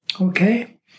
Okay